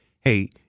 hey